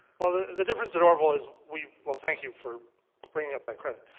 well, the the difference at orville is we well, thank you for bringing up that credit.